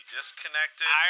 disconnected